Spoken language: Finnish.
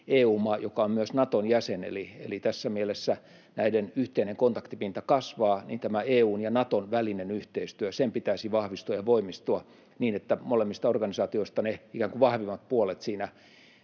EU-maa, joka on myös Naton jäsen, eli tässä mielessä näiden yhteinen kontaktipinta kasvaa, tämän EU:n ja Naton välisen yhteistyön pitäisi vahvistua ja voimistua, niin että molemmista organisaatioista ne ikään kuin vahvimmat puolet siinä